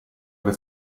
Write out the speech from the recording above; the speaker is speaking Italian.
alle